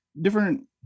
different